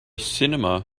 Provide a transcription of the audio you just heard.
cinema